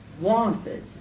wanted